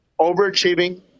overachieving